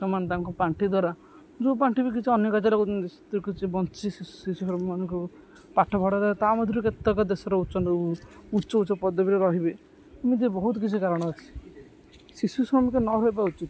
ସେମାନେ ତାଙ୍କୁ ପାଣ୍ଠି ଦ୍ୱାରା ଯେଉଁ ପାଣ୍ଠି ବି କିଛି ଅନ୍ୟ କାର୍ଯ୍ୟରେ ସେଥିରୁ କିଛି ବଞ୍ଚି ଶିଶୁମାନଙ୍କୁ ପାଠ ପଢ଼ା ରେ ତା ମଧ୍ୟରୁ କେତେକ ଦେଶର ଉଚ୍ଚ ଉଚ୍ଚ ପଦବୀରେ ରହିବେ ଏମିତି ବହୁତ କିଛି କାରଣ ଆଛି ଶିଶୁ ଶ୍ରମିକ ନହବା ଉଚିତ